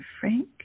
Frank